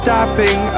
Stopping